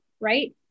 right